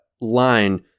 line